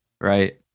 right